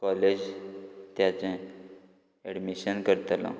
college तेजे admission करतलो